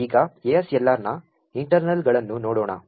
ಆದ್ದರಿಂದ ಈಗ ASLRನ ಇಂಟರ್ನಲ್ಗಳನ್ನು ನೋಡೋಣ